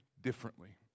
differently